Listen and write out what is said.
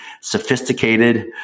sophisticated